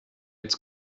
its